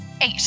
eight